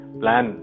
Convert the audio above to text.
plan